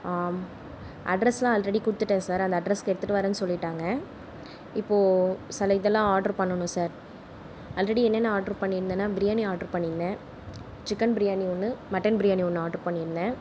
அட்ரஸெலாம் already கொடுத்துட்டேன் sir அந்த அட்ரஸ்க்கு எடுத்துகிட்டு வரனேன்னு சொல்லிவிட்டாங்க இப்போது சில இதெலாம் ஆட்ரு பண்ணணும் சார் ஆல்ரெடி என்னென ஆர்டர் பண்ணி இருந்தேன்னால் பிரியாணி ஆட்ரு பண்ணி இருந்தேன் சிக்கன் பிரியாணி ஒன்று மட்டன் பிரியாணி ஒன்று ஆர்டர் பண்ணி இருந்தேன்